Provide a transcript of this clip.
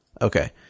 okay